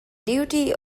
duty